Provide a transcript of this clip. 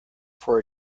for